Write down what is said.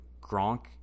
Gronk